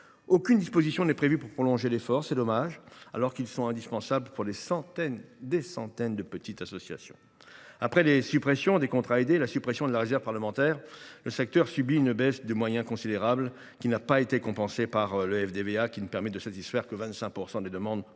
qu’aucune disposition ne soit prévue pour prolonger l’effort, alors que ces emplois sont indispensables pour des centaines de petites associations. Après les suppressions des contrats aidés et de la réserve parlementaire, le secteur subit une baisse de moyens considérable, non compensée par le FDVA, qui ne permet de satisfaire que 25 % des demandes. Le compte